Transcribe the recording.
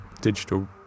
digital